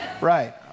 right